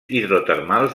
hidrotermals